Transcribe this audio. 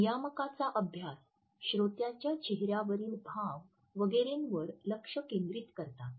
नियामकाचा अभ्यास श्रोत्याच्या चेहऱ्यावरील भाव वगैरेवर लक्ष केंद्रित करतात